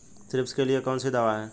Thrips के लिए कौन सी दवा है?